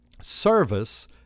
Service